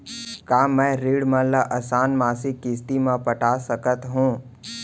का मैं ऋण मन ल आसान मासिक किस्ती म पटा सकत हो?